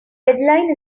deadline